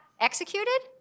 executed